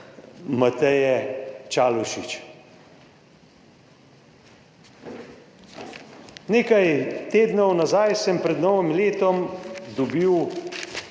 Mateje Čalušić. Nekaj tednov nazaj sem pred novim letom dobil